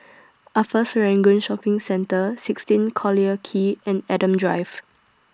Upper Serangoon Shopping Centre sixteen Collyer Quay and Adam Drive